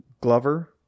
Glover